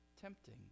tempting